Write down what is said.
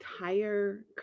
entire